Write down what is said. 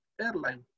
airline